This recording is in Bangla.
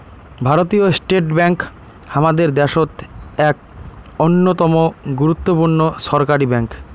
ভারতীয় স্টেট ব্যাঙ্ক হামাদের দ্যাশোত এক অইন্যতম গুরুত্বপূর্ণ ছরকারি ব্যাঙ্ক